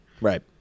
Right